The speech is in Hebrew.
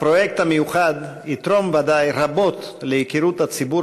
הפרויקט המיוחד יתרום ודאי רבות להיכרות של הציבור